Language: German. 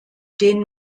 den